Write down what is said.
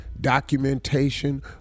documentation